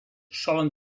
solen